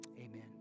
Amen